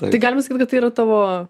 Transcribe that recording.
tai galima sakyt kad tai yra tavo